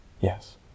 Yes